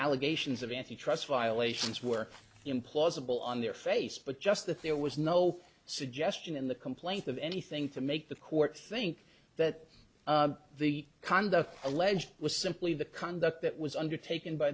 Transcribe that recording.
allegations of antitrust violations were implausible on their face but just that there was no suggestion in the complaint of anything to make the court think that the conduct alleged was simply the conduct that was undertaken by